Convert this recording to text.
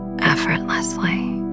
effortlessly